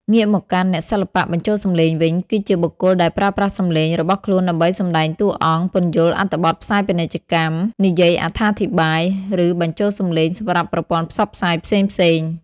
ងាកមកកាន់ អ្នកសិល្បៈបញ្ចូលសំឡេងវិញ គឺជាបុគ្គលដែលប្រើប្រាស់សំឡេងរបស់ខ្លួនដើម្បីសម្ដែងតួអង្គ ពន្យល់អត្ថបទផ្សាយពាណិជ្ជកម្ម និយាយអត្ថាធិប្បាយ ឬបញ្ចូលសំឡេងសម្រាប់ប្រព័ន្ធផ្សព្វផ្សាយផ្សេងៗ។